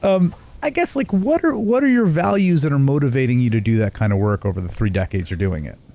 um i guess like what are what are your values that are motivating you to do that kind of work over the three decades you're doing it?